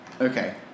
Okay